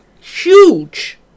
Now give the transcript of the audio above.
huge